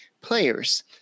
players